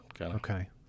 okay